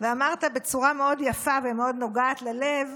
ואמרת בצורה מאוד יפה ומאוד נוגעת ללב